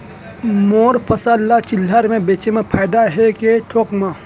मोर फसल ल चिल्हर में बेचे म फायदा है के थोक म?